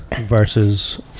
versus